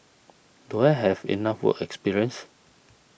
do I have enough work experience